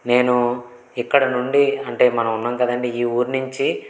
నేను ఇక్కడ నుండి అంటే మనం ఉన్నాం కదండి ఈ ఊరి నించి